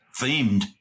themed